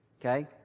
Okay